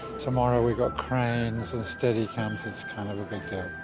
tomorrow we got cranes and steady cams, it's kind of a big deal.